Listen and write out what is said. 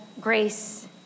grace